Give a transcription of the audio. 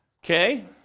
Okay